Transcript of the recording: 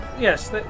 yes